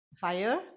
fire